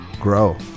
Grow